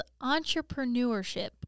entrepreneurship